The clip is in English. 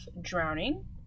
drowning